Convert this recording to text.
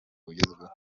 bugezweho